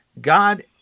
God